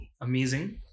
amazing